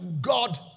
God